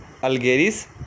algeris